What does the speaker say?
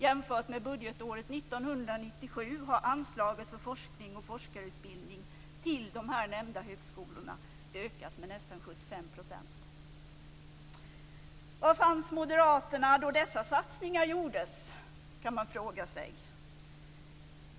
Jämfört med budgetåret 1997 har anslaget för forskning och forskarutbildning till de nämnda högskolorna ökat med nästan 75 %. Var fanns moderaterna då dessa satsningar gjordes, kan man fråga sig.